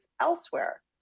elsewhere